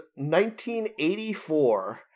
1984